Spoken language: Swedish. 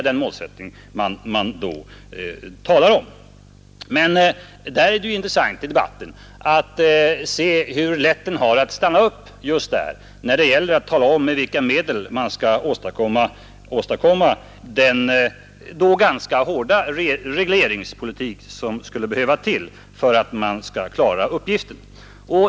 Det är intressant att se hur lätt debatten stannar upp just där. Man får sällan veta med vilka medel man skall åstadkomma den ganska hårda regleringspolitik som måste till för att klara den uppgiften.